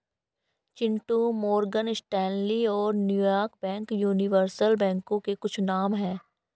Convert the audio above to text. Chintu Morgan Stanley और New York bank universal बैंकों के कुछ नाम है